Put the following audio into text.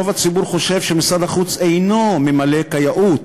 רוב הציבור חושב שמשרד החוץ אינו ממלא כיאות